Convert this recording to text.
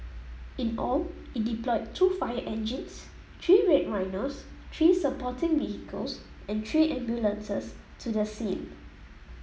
in all it deployed two fire engines three Red Rhinos three supporting vehicles and three ambulances to the scene